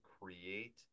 create